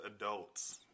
adults